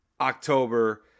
October